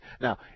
Now